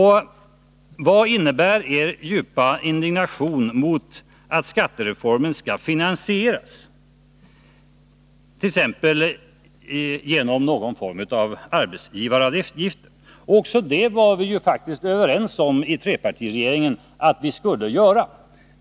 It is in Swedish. Vad innebär er djupa indignation mot att skattereformen skall finansieras t.ex. genom någon form av arbetsgivaravgifter? Också det var vi ju faktiskt överens om i trepartiregeringen.